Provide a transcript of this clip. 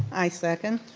i second.